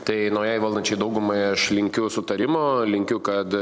tai naujai valdančiai daugumai aš linkiu sutarimo linkiu kad